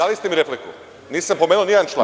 Dali ste mi repliku, nisam pomenuo ni jedan član.